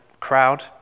crowd